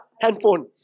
Handphone